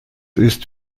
ist